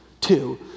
Two